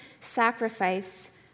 sacrifice